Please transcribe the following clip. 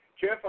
Jeff